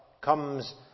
comes